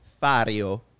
Fario